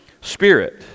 Spirit